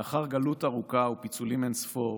לאחר גלות ארוכה ופיצולים אין-ספור